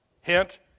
Hint